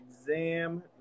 exam